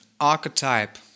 archetype